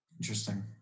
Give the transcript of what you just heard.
Interesting